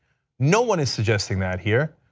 no one is suggesting that here.